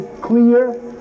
clear